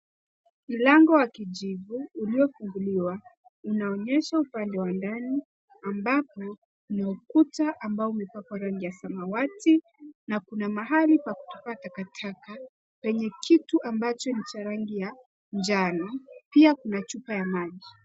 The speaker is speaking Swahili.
Mlango wa kijivu uliofunguliwa, unaonyesha upande wa ndani ambapo kuna ukuta ambao umepakwa rangi ya samawati na kuna mahali pa kutupa takataka penye kitu ambacho ni cha rangi ya njano, pia kuna chupa ya maji.